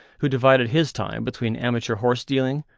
who divided his time between amateur horse-dealing,